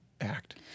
act